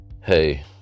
hey